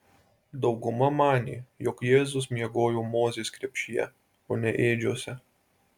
dauguma manė jog jėzus miegojo mozės krepšyje o ne ėdžiose